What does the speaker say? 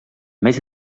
més